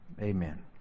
amen